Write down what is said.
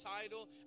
title